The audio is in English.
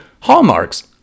hallmarks